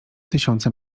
tysiące